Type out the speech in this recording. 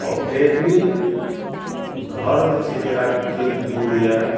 आओर treadmill घरमे छै जे जेनाकि फिल्ड दूर यऽ